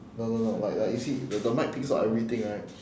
no no no like like you see the mic picks up everything right